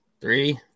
Three